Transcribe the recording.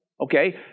Okay